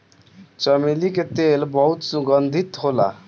चमेली के तेल बहुत सुगंधित होला